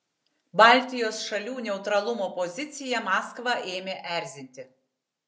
baltijos šalių neutralumo pozicija maskvą ėmė erzinti